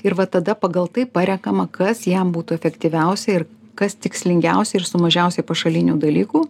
ir va tada pagal tai parenkama kas jam būtų efektyviausia ir kas tikslingiausia ir su mažiausiai pašalinių dalykų